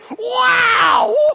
wow